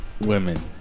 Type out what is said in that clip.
Women